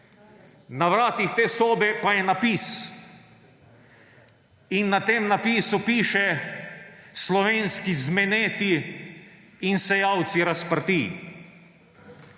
Na vratih te sobe pa je napis in na tem napisu piše – slovenski zmeneti in sejalci razprtij.